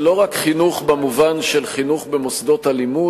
לא מדובר רק בחינוך במובן של חינוך במוסדות הלימוד,